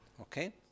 Okay